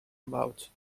about